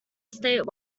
state